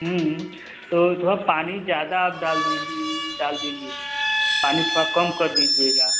तो थोड़ा पानी ज़्यादा आप डाल दीजिए डाल दीजिए पानी थोड़ा कम कर दीजिएगा